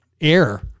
air